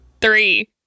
Three